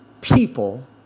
people